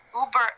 Uber